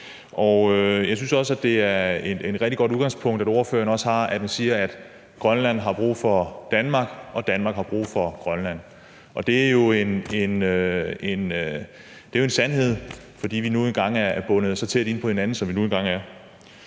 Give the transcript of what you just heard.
på. Jeg synes også, det er et rigtig godt udgangspunkt, ordføreren har, når hun siger, at Grønland har brug for Danmark og Danmark har brug for Grønland. Og det er jo en sandhed, fordi vi nu engang er bundet så tæt sammen, som vi er.